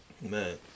Man